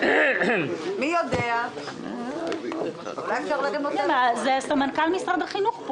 זה יעזור לנו לעקוב אחרי המספרים.